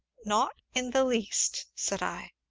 not in the least, said i.